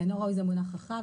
אינו ראוי זה מונח מאוד רחב,